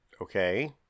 Okay